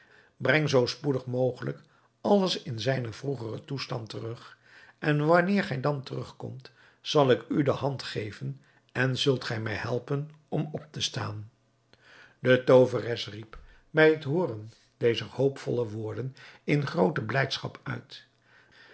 breng zoo spoedig mogelijk alles in zijnen vroegeren toestand terug en wanneer gij dan terugkomt zal ik u de hand geven en zult gij mij helpen om op te staan de tooveres riep bij het hooren dezer hoopvolle woorden in groote blijdschap uit